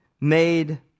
made